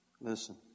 listen